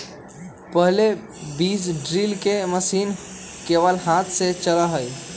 पहले बीज ड्रिल के मशीन केवल हाथ से चला हलय